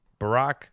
Barack